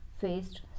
faced